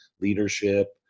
leadership